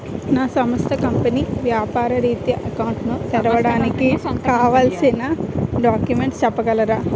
నా సంస్థ కంపెనీ వ్యాపార రిత్య అకౌంట్ ను తెరవడానికి కావాల్సిన డాక్యుమెంట్స్ చెప్పగలరా?